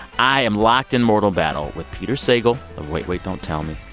i am locked in mortal battle with peter sagal of wait, wait. don't tell me!